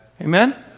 Amen